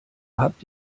habt